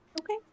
Okay